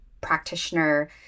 practitioner